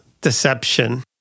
Deception